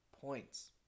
points